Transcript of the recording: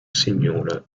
signore